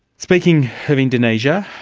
speaking of indonesia,